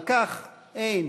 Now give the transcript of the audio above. על כך אין,